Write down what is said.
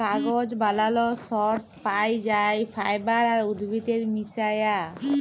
কাগজ বালালর সর্স পাই যাই ফাইবার আর উদ্ভিদের মিশায়া